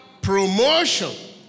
promotion